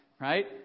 right